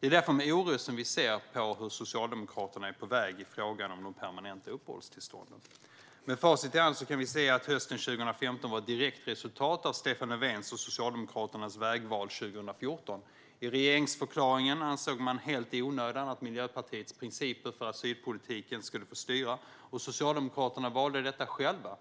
Det är därför med oro vi ser på vart Socialdemokraterna är på väg i frågan om de permanenta uppehållstillstånden. Med facit i hand kan vi se att hösten 2015 var ett direkt resultat av Stefan Löfvens och Socialdemokraternas vägval 2014. I regeringsförklaringen ansåg man, helt i onödan, att Miljöpartiets principer för asylpolitiken skulle få styra. Socialdemokraterna valde detta själva,